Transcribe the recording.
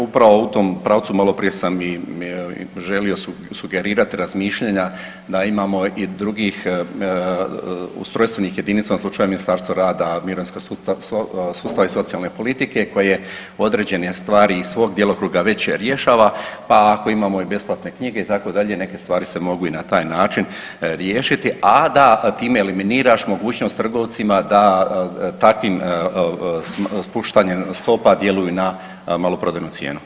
Upravo u tom pravcu maloprije sam i želio sugerirati razmišljanja da imamo i drugih ustrojstvenih jedinica u ovom slučaju Ministarstvo rada, mirovinskog sustava i socijalne politike koje određene stvari iz svog djelokruga već rješava pa ako imamo i besplatne knjige, itd., neke stvari se mogu i na taj način riješiti, a da time eliminiraš mogućnost trgovcima da takvim puštanjem spuštanjem stopa djeluju na maloprodajnu cijenu.